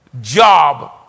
job